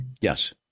Yes